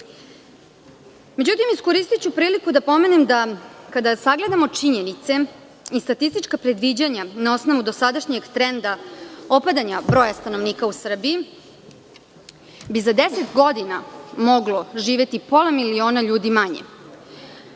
Međutim, iskoristiću priliku da pomenem da kada sagledamo činjenice i statistička predviđanja na osnovu dosadašnjeg trenda u Srbiji, bi za 10 godina moglo živeti pola miliona ljudi manje. Zato